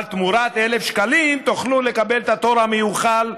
אבל תמורת 1,000 שקלים תוכלו לקבל את התור המיוחל,